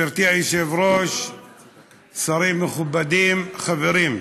שרים מכובדים, חברים,